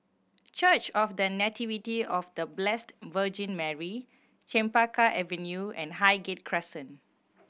Church of The Nativity of The Blessed Virgin Mary Chempaka Avenue and Highgate Crescent